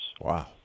Wow